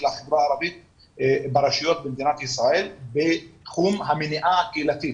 החברה הערבית ברשויות במדינת ישראל בתחום המניעה הקהילתית.